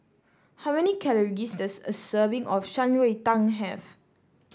how many calories does a serving of Shan Rui Tang have